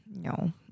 No